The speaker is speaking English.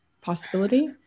possibility